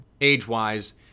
age-wise